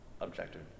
objective